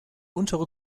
untere